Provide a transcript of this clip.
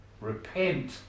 repent